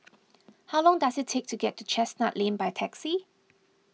how long does it take to get to Chestnut Lane by taxi